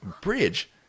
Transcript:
bridge